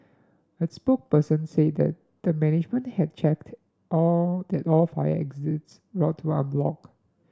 its spokesperson said that the management had checked all that all fire exit route are blocked